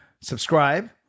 subscribe